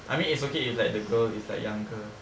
I mean it's okay if like the girl is like younger